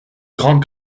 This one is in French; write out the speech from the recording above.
grandes